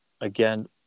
again